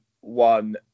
one